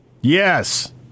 Yes